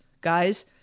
guys